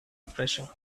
refreshing